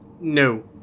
No